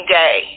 day